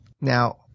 Now